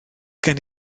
gen